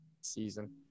season